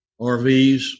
RVs